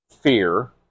fear